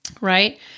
Right